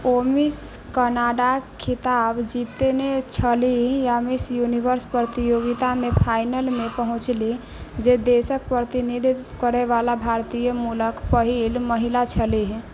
ओ Miss कनाडाक खिताब जीतने छलीह आ मिस यूनिवर्स प्रतियोगितामे फाइनलमे पहुँचलीह जे देशक प्रतिनिधित्व करयवला भारतीय मूलक पहिल महिला छलीह